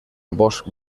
bosc